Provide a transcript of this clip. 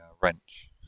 wrench